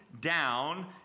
down